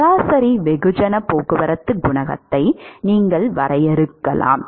சராசரி வெகுஜன போக்குவரத்து குணகத்தை நீங்கள் வரையறுக்கலாம்